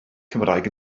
cymraeg